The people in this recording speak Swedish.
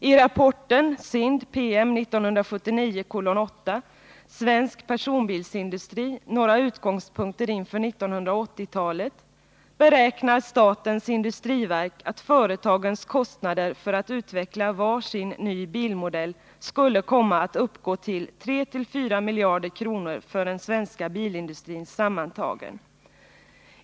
I rapporten Svensk personbilsindustri — några utgångspunkter inför 1980-talet beräknar statens industriverk att företagens kostnader för att utveckla var sin ny bilmodell skulle komma att uppgå till 34 miljarder kronor för den svenska bilindustrin sammantagen.